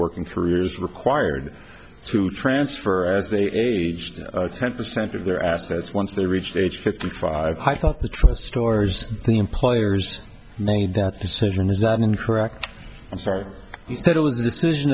working careers required to transfer as they aged ten percent of their assets once they reached age fifty five i thought the trial store's employers made that decision is that incorrect i'm sorry he said it was the decision